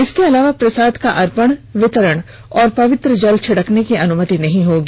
इसके अलावा प्रसाद का अर्पण वितरण और पवित्र जल छिड़कने की अनुमति नहीं होगी